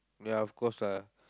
ya of course lah